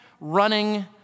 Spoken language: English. running